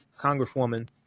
Congresswoman